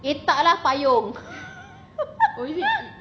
eh tak lah payung